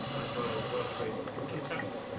as well as welsh rates of income tax,